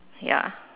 ya